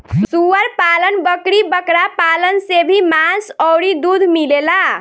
सूअर पालन, बकरी बकरा पालन से भी मांस अउरी दूध मिलेला